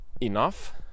enough